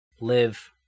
live